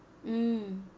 mm